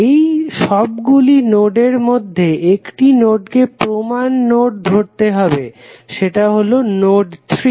এই সবগুলি নোডের মধ্যে একটি নোডকে প্রমান নোড ধরতে হবে সেতা হলো নোড 3